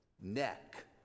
neck